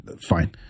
fine